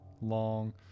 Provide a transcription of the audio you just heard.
long